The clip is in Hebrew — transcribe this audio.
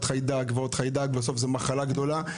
חיידק ועוד חיידק ובסוף זו מחלה גדולה.